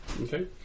Okay